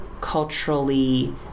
culturally